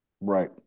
Right